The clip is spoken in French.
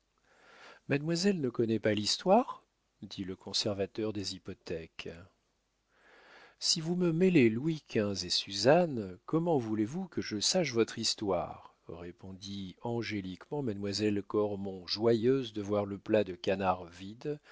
mademoiselle ne connaît pas l'histoire dit le conservateur des hypothèques si vous me mêlez louis xv et suzanne comment voulez-vous que je sache votre histoire répondit angéliquement mademoiselle cormon joyeuse de voir le plat de canards vide